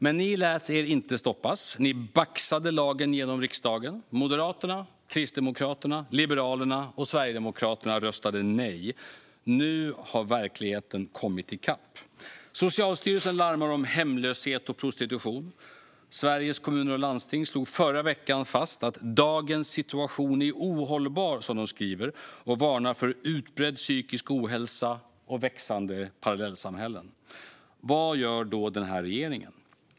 Men ni lät er inte stoppas. Ni baxade lagen genom riksdagen. Moderaterna, Kristdemokraterna, Liberalerna och Sverigedemokraterna röstade nej. Nu har verkligheten kommit i kapp. Socialstyrelsen larmar om hemlöshet och prostitution. Sveriges Kommuner och Landsting slog förra veckan fast att dagens situation är ohållbar, som de skriver. De varnar för utbredd psykisk ohälsa och växande parallellsamhällen. Vad gör då regeringen?